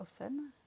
often